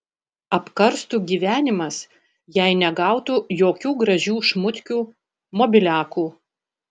apkarstų gyvenimas jei negautų jokių gražių šmutkių mobiliakų